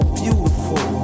beautiful